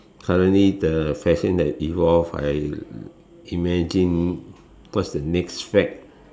suddenly the fashion that evolve I imagine what's the next fad